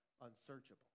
unsearchable